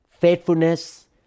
faithfulness